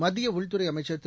மத்திய உள்துறை அமைச்சர் திரு